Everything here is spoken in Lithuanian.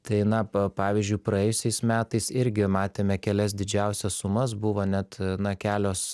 tai na pa pavyzdžiui praėjusiais metais irgi matėme kelias didžiausias sumas buvo net na kelios